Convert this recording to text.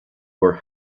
were